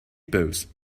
pose